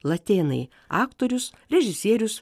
latėnai aktorius režisierius